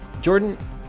Jordan